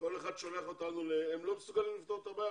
כל אחד שולח אותנו ל הם לא מסוגלים לפתור את הבעיה